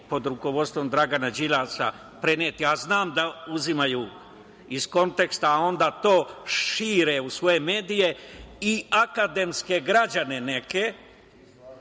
pod rukovodstvom Dragana Đilasa preneti, a znam da uzimaju iz konteksta, a onda to šire u svoje medije i akademske građane neke